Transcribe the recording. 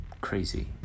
crazy